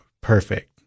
perfect